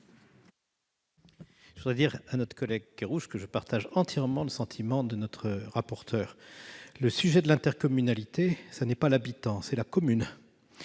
Je voudrais indiquer à M. Kerrouche que je partage entièrement la position de notre corapporteur. Le sujet de l'intercommunalité, ce n'est pas l'habitant, c'est la commune